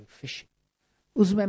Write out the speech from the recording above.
fishing